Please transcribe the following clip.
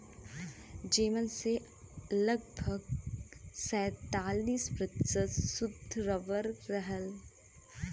जेमन से लगभग सैंतालीस प्रतिशत सुद्ध रबर रहल